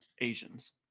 Asians